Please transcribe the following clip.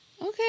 Okay